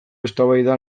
eztabaida